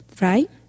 right